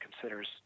considers